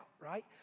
right